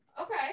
Okay